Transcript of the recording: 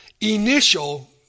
initial